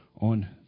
on